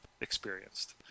experienced